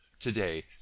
Today